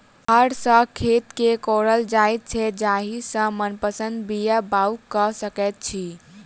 हर सॅ खेत के कोड़ल जाइत छै जाहि सॅ मनपसंद बीया बाउग क सकैत छी